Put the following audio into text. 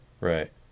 Right